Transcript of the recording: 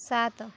ସାତ